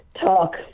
Talk